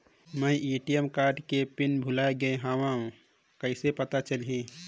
मैं ATM card के pin भुलाए गे हववं कइसे पता चलही?